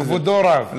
אז כבודו רב.